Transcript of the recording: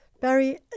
Barry